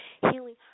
healing